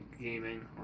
gaming